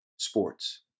sports